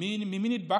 ממי נדבקתי.